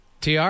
TR